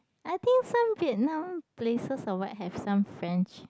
I think some Vietnam places or what have some French